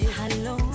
hello